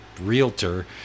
realtor